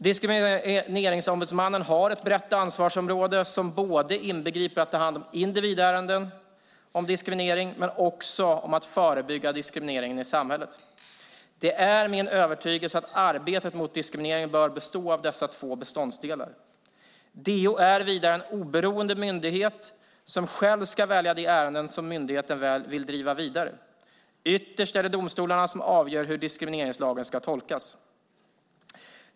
Diskrimineringsombudsmannen har ett brett ansvarsområde som både inbegriper att ta hand om individärenden om diskriminering och om att förebygga diskrimineringen i samhället. Det är min övertygelse att arbetet mot diskriminering bör bestå av dessa två beståndsdelar. DO är vidare en oberoende myndighet som själv ska välja de ärenden som myndigheten vill driva vidare. Ytterst är det domstolarna som avgör hur diskrimineringslagen ska tolkas.